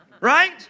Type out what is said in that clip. right